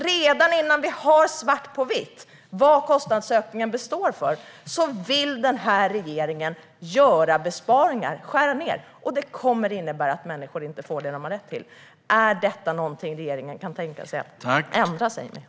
Redan innan vi har svart på vitt vad kostnadsökningen består av vill regeringen göra besparingar och skära ned. Det kommer att innebära att människor inte får det de har rätt till. Kan regeringen tänka sig att ändra på detta?